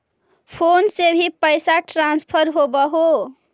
Phone से भी पैसा ट्रांसफर होवहै?